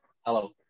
hello